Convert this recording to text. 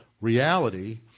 reality